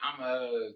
I'ma